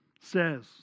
says